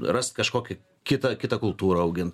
rast kažkokį kitą kitą kultūrą augint